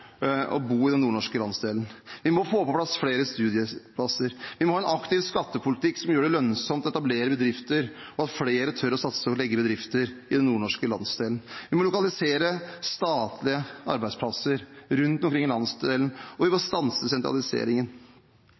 bo i den nordnorske landsdelen. Vi må få på plass flere studieplasser. Vi må ha en aktiv skattepolitikk som gjør det lønnsomt å etablere bedrifter, slik at flere tør å satse på å etablere bedrifter i den nordnorske landsdelen. Vi må lokalisere statlige arbeidsplasser rundt omkring i landsdelen, og vi må stanse sentraliseringen.